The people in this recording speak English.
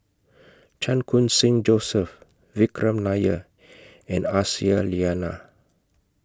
Chan Khun Sing Joseph Vikram Nair and Aisyah Lyana